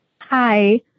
Hi